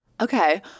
Okay